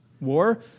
war